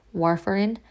warfarin